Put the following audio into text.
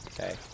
okay